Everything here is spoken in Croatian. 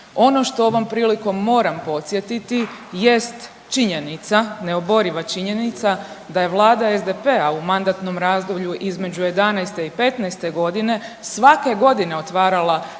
Ono što ovom prilikom moram podsjetiti jest činjenica, neoboriva činjenica da je Vlada SDP-a u mandatnom razdoblju između '11. o '15. godine svake godine otvarala